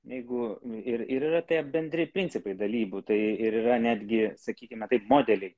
jeigu ir ir yra tie bendri principai dalybų tai ir yra netgi sakykime taip modeliai